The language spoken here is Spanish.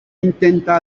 intenta